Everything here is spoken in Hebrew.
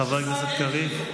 חבר הכנסת קריב.